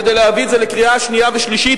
כדי להביא את זה לקריאה שנייה ושלישית,